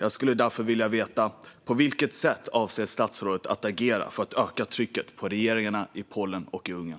Jag skulle därför vilja veta på vilket sätt statsrådet avser att agera för att öka trycket på regeringarna i Polen och Ungern.